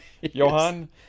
Johan